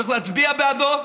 צריך להצביע בעדו,